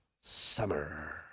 summer